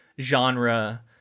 genre